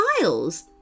miles